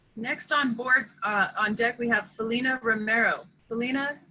next on board on deck, we have felina romero. felina,